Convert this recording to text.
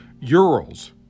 Urals